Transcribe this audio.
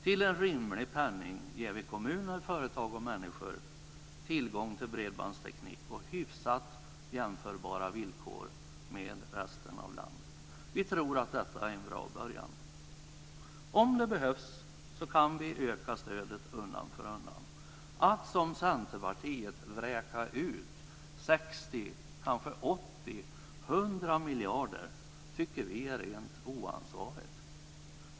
Till en rimlig penning ger vi kommuner, företag och människor tillgång till bredbandsteknik på hyfsat jämförbara villkor med resten av landet. Vi tror att detta är en bra början. Om det behövs kan vi öka stödet undan för undan. Att som Centerpartiet vräka ut 60, 80, kanske 100 miljarder tycker vi är rent oansvarigt.